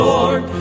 Lord